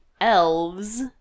elves